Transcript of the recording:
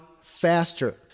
faster